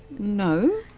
no,